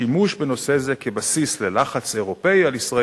שימוש בנושא זה כבסיס ללחץ אירופי על ישראל